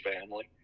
family